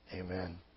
Amen